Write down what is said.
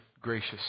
gracious